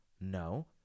No